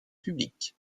public